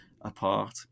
apart